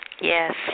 Yes